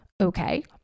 Okay